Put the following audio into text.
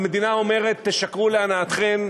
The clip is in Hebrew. המדינה אומרת: תשקרו להנאתכן,